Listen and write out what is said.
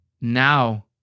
now